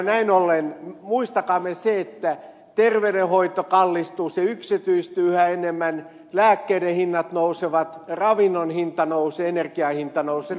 näin ollen muistakaamme se että terveydenhoito kallistuu se yksityistyy yhä enemmän lääkkeiden hinnat nousevat ravinnon hinta nousee energian hinta nousee